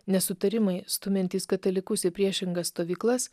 nesutarimai stumiantys katalikus į priešingas stovyklas